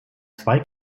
zwei